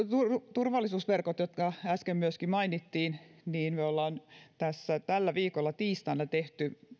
turvallisuusverkoista jotka äsken myöskin mainittiin me olemme tässä tällä viikolla tiistaina tehneet